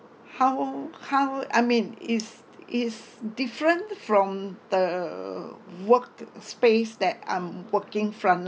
how how I mean is is different from the work space that I'm working front